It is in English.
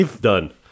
Done